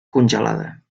congelada